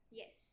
yes